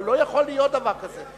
אבל לא יכול להיות דבר כזה.